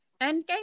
Endgame